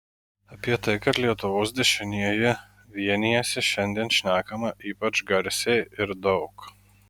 apie tai kad lietuvos dešinieji vienijasi šiandien šnekama ypač garsiai ir daug